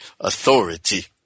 authority